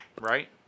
right